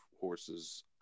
horses